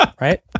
Right